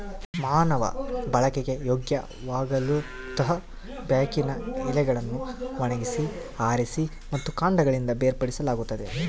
ಮಾನವ ಬಳಕೆಗೆ ಯೋಗ್ಯವಾಗಲುತಂಬಾಕಿನ ಎಲೆಗಳನ್ನು ಒಣಗಿಸಿ ಆರಿಸಿ ಮತ್ತು ಕಾಂಡಗಳಿಂದ ಬೇರ್ಪಡಿಸಲಾಗುತ್ತದೆ